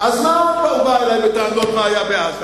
אז מה הוא בא אלי בטענות מה היה בעזה,